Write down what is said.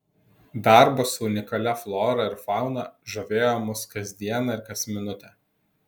darbas su unikalia flora ir fauna žavėjo mus kas dieną ir kas minutę